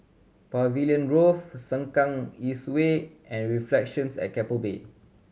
Pavilion Grove Sengkang East Way and Reflections at Keppel Bay